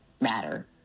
matter